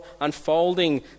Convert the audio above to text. unfolding